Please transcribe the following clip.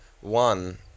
one